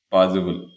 possible